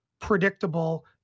predictable